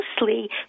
mostly